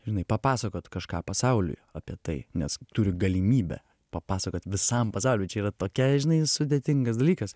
žinai papasakot kažką pasauliui apie tai nes turi galimybę papasakot visam pasauliui čia yra tokia žinai sudėtingas dalykas